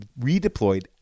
redeployed